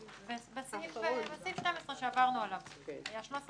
בסעיף 12 שעברנו שעליו שהיה קודם 13,